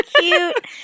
cute